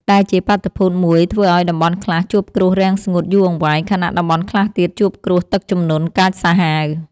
ដែលជាបាតុភូតមួយធ្វើឱ្យតំបន់ខ្លះជួបគ្រោះរាំងស្ងួតយូរអង្វែង ខណៈតំបន់ខ្លះទៀតជួបគ្រោះទឹកជំនន់កាចសាហាវ។